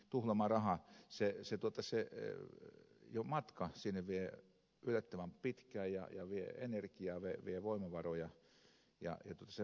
tuulomarahaa se on se totta se jo matka sinne vie yllättävän pitkään ja vie energiaa vie voimavaroja